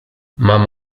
mam